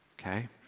Okay